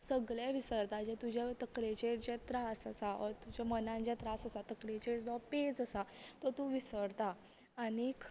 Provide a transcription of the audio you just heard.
सगले विसरता जे तुज्या तकलेचेर जे त्रास आसा ऑर तुज्या मनांत जे त्रास आसा तकलेचेर जो पेज आसा तो तूं विसरता आनीक